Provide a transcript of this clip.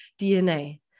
DNA